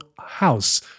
house